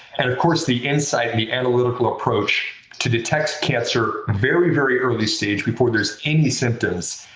and of course, the insight, the analytical approach to detect cancer very, very early-stage before there's any symptoms,